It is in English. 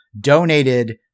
donated